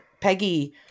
peggy